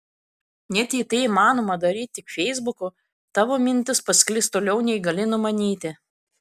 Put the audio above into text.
net jei tai įmanoma daryti tik feisbuku tavo mintis pasklis toliau nei gali numanyti